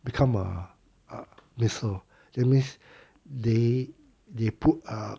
become a a missile that means they they put a